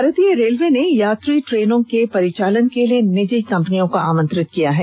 भारतीय रेलवे ने यात्री ट्रेनों के परिचालन के लिए निजी कंपनियों को आमंत्रित किया है